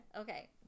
Okay